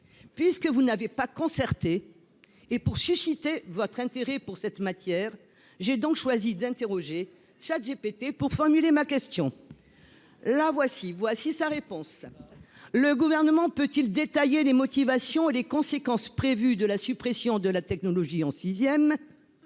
Puisque vous n'avez pas fait de concertation, et afin de susciter votre intérêt pour cette matière, j'ai donc choisi d'interroger ChatGPT pour formuler ma question. Voici sa réponse :« Le Gouvernement peut-il détailler les motivations et les conséquences prévues de la suppression de la technologie en sixième ?